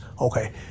Okay